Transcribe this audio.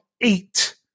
eight